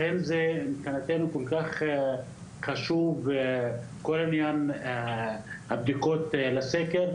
לכן כל כך חשובות בדיקות הסקר.